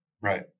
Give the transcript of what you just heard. Right